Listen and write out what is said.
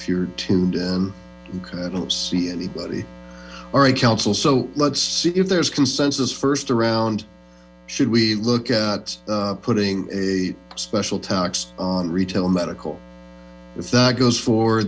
if you're tuned in i don't see anybody all right counsel so let's see if there's consensus first around should we look at putting a special tax on retail medical